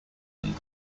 and